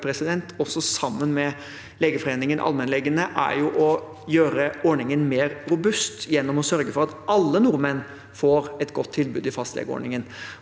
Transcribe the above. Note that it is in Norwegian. også sammen med Legeforeningen, allmennlegene, er å ha gjort ordningen mer robust gjennom å sørge for at alle nordmenn får et godt tilbud i fastlegeordningen.